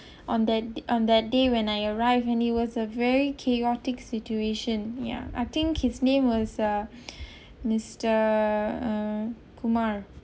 on that on that day when I arrived and it was a very chaotic situation ya I think his name was uh mister Kumar